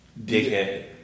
Dickhead